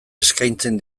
eskaintzen